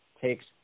takes